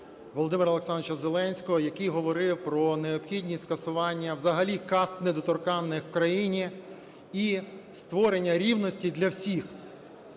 Володимира Олександровича Зеленського, який говорив про необхідність скасування взагалі каст недоторканних в країні і створення рівності для всіх.